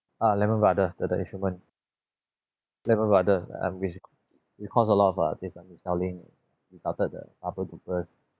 ah lehman brother the the investment lehman brothers I mean they cause a lot of uh this uh mis selling it started the other purpose